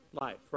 life